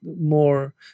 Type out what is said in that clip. more